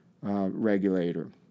Regulator